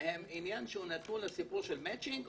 זה נתון למצי'נג,